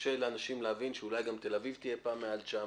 קשה לאנשים להבין שאולי גם תל אביב תהיה מעל 900